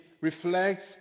reflects